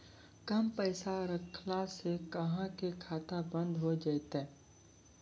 कम पैसा रखला से अहाँ के खाता बंद हो जैतै?